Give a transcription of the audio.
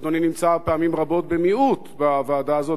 אדוני נמצא פעמים רבות במיעוט בוועדה הזאת,